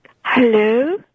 Hello